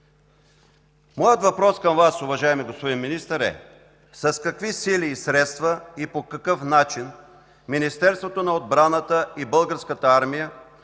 Моят въпрос към Вас, уважаеми господин Министър, е: с какви сили и средства и по какъв начин Министерството на отбраната и Българската армия